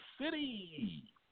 City